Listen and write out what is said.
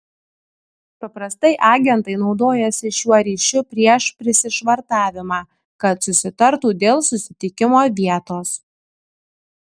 paprastai agentai naudojasi šiuo ryšiu prieš prisišvartavimą kad susitartų dėl susitikimo vietos